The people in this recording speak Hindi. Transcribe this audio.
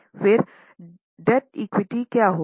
फिर डेब्ट इक्विटी क्या होगी